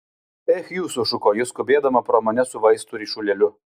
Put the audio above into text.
ech jūs sušuko ji skubėdama pro mane su vaistų ryšulėliu